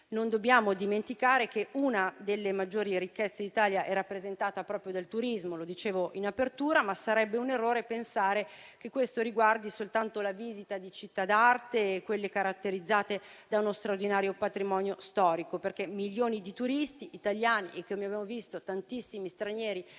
Non dobbiamo dimenticare che una delle maggiori ricchezze d'Italia è rappresentata proprio dal turismo - lo dicevo in apertura - ma sarebbe un errore pensare che questo riguardi soltanto la visita delle città d'arte, caratterizzate da uno straordinario patrimonio storico, perché milioni di turisti italiani e tantissimi stranieri in